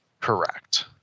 Correct